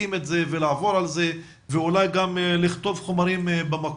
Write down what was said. להתאים את זה ולעבור על זה ואולי גם לכתוב חומרים במקור.